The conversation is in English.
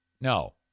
No